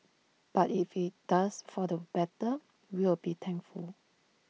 but if IT does for the better we'll be thankful